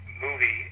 movie